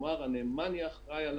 כלומר הנאמן יהיה אחראי על